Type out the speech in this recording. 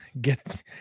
get